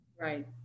Right